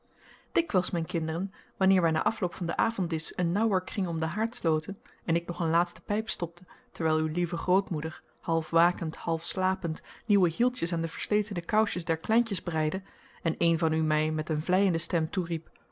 dikwijls mijn kinderen wanneer wij na afloop van den avond disch een naauwer kring om den haard sloten en ik nog een laatste pijp stopte terwijl uw lieve grootmoeder half wakend half slapend nieuwe hieltjes aan de versletene kousjes der kleintjes breide en een van u mij met een vleiende stem toeriep